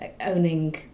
owning